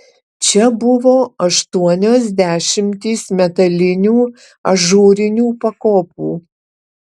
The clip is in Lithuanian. čia buvo aštuonios dešimtys metalinių ažūrinių pakopų